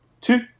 two